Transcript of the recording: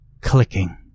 Clicking